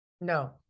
No